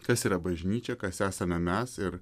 kas yra bažnyčia kas esame mes ir